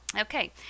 Okay